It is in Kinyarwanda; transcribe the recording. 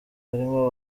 harimo